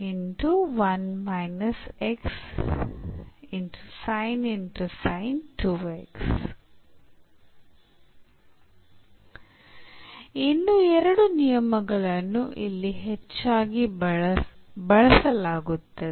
ಇನ್ನೂ ಎರಡು ನಿಯಮಗಳನ್ನು ಇಲ್ಲಿ ಹೆಚ್ಚಾಗಿ ಬಳಸಲಾಗುತ್ತದೆ